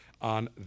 on